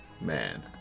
Man